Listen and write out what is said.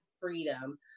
freedom